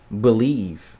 believe